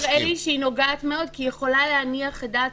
דווקא נראה לי שהיא נוגעת מאוד כי יכולה להניח את דעת